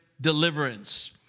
deliverance